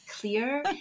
clear